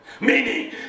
Meaning